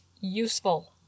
useful